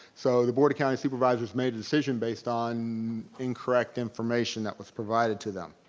so the board of county supervisors made a decision based on incorrect information that was provided to them.